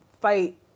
fight